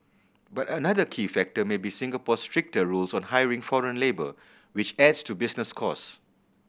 but another key factor may be Singapore's stricter rules on hiring foreign labour which adds to business costs